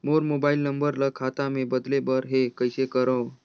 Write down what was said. मोर mobile number ल खाता मे बदले बर हे कइसे करव?